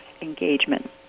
engagement